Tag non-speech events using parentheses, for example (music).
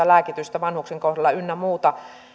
(unintelligible) lääkitystä vanhuksen kohdalla ynnä muuta